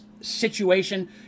situation